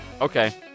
Okay